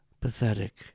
Pathetic